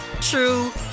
true